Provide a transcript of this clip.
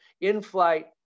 in-flight